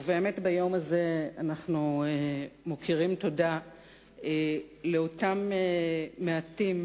ובאמת ביום הזה אנחנו מכירים תודה לאותם מעטים